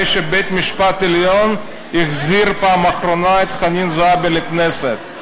שבית-המשפט העליון החזיר פעם אחרונה את חנין זועבי לכנסת.